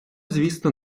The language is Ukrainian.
звісно